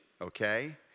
okay